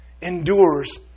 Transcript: endures